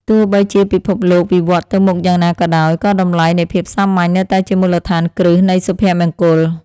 ទោះបីជាពិភពលោកវិវត្តទៅមុខយ៉ាងណាក៏ដោយ ក៏តម្លៃនៃភាពសាមញ្ញនៅតែជាមូលដ្ឋានគ្រឹះនៃសុភមង្គល។